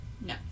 No